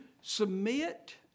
submit